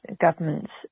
governments